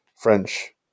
French